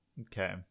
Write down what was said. Okay